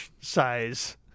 size